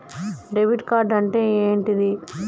Debit card అంటే ఏంటిది?